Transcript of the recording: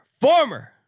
former